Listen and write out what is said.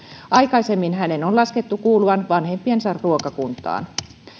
aikaisemmin hänen on laskettu kuuluvan vanhempiensa ruokakuntaan